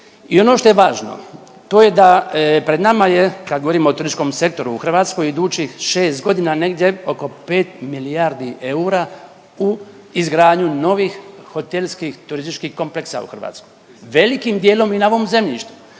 I ono što je važno to je da pred nama je, kad govorimo o turističkom sektoru u Hrvatskoj, idućih šest godina negdje oko pet milijardi eura u izgradnju novih hotelskih turističkih kompleksa u Hrvatskoj, velikim dijelom i na ovom zemljištu.